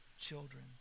children